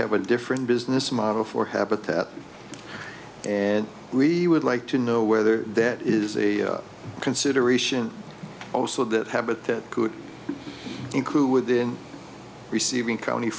have a different business model for habitat and we would like to know whether that is a consideration also that habit could include within receiving county